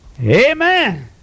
Amen